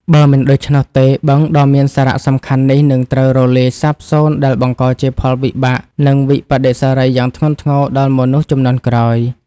បើមិនដូច្នោះទេ បឹងដ៏មានសារៈសំខាន់នេះនឹងត្រូវរលាយសាបសូន្យ ដែលបង្កជាផលវិបាក និងវិប្បដិសារីយ៉ាងធ្ងន់ធ្ងរដល់មនុស្សជំនាន់ក្រោយ។